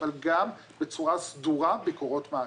אבל גם בצורה סדורה ביקורות מעקב.